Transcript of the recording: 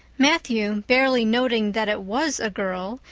matthew, barely noting that it was a girl,